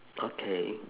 okay